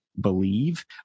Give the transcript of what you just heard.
believe